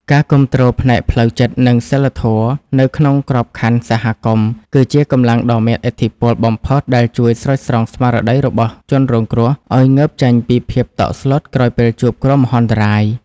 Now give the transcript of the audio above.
ការគាំទ្រផ្នែកផ្លូវចិត្ត និងសីលធម៌នៅក្នុងក្របខណ្ឌសហគមន៍ គឺជាកម្លាំងដ៏មានឥទ្ធិពលបំផុត ដែលជួយស្រោចស្រង់ស្មារតីរបស់ជនរងគ្រោះឱ្យងើបចេញពីភាពតក់ស្លុតក្រោយពេលជួបគ្រោះមហន្តរាយ។